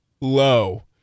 low